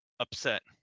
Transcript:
upset